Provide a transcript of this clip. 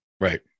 right